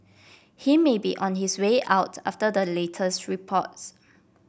he may be on his way out after the latest reports